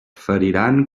feriran